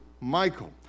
Michael